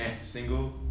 single